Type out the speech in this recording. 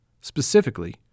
Specifically